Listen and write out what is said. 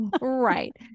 Right